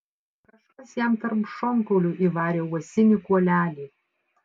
kažkas jam tarp šonkaulių įvarė uosinį kuolelį